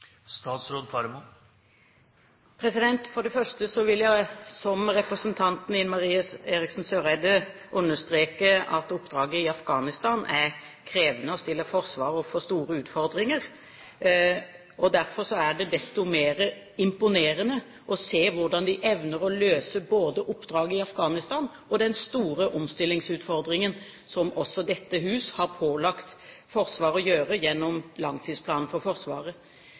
For det første vil jeg, som representanten Ine Marie Eriksen Søreide, understreke at oppdraget i Afghanistan er krevende og stiller Forsvaret overfor store utfordringer. Derfor er det desto mer imponerende å se hvordan de evner å løse både oppdraget i Afghanistan og den store omstillingsutfordringen som også dette hus har pålagt Forsvaret å gjøre gjennom langtidsplanen for Forsvaret.